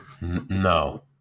No